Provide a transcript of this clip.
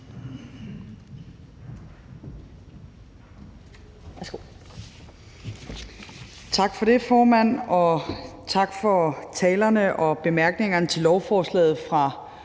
Tak for det, formand, og tak for talerne og bemærkningerne til lovforslaget fra